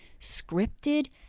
scripted